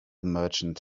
merchant